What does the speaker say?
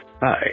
bye